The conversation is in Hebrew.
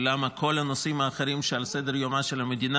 ולמה כל הנושאים האחרים שעל סדר-יומה של המדינה